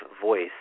voice